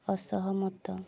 ଅସହମତ